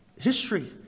history